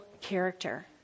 character